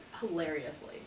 hilariously